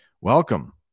Welcome